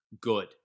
good